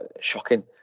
shocking